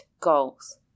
goals